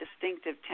distinctive